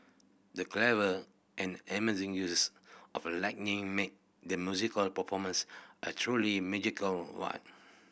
the clever and amazing use of lighting made the musical performance a truly magical one